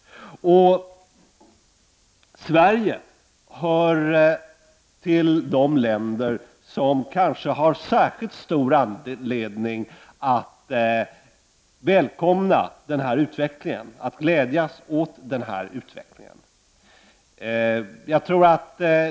Sverige hör till de länder som kanske har särskilt stor anledning att välkomna denna utveckling och glädjas över den.